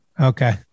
Okay